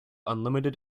unlimited